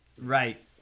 right